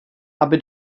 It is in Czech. aby